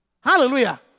Hallelujah